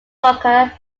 worker